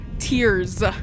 Tears